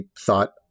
thought